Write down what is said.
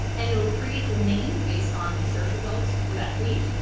and it'll create the name based on the search results for that page,